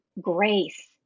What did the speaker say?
grace